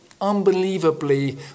unbelievably